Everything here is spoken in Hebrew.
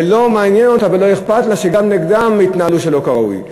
ולא מעניין אותה ולא אכפת לה שגם נגדם יתנהלו שלא כראוי.